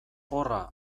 horra